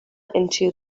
into